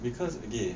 because okay